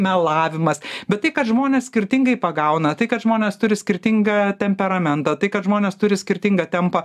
melavimas bet tai kad žmonės skirtingai pagauna tai kad žmonės turi skirtingą temperamentą tai kad žmonės turi skirtingą tempą